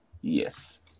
Yes